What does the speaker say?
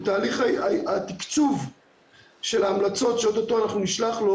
ותהליך התקצוב של ההמלצות שאו-טו-טו נשלח לו